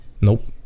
nope